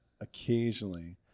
occasionally